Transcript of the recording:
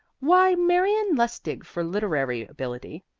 why marion lustig for literary ability,